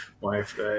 wife